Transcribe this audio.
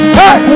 hey